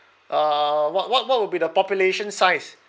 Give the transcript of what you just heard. uh what what what will be the population size